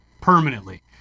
permanently